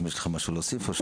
יש לך משהו להוסיף?